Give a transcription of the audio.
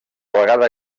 vegada